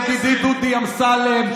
ידידי דודי אמסלם,